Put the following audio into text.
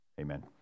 Amen